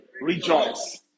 Rejoice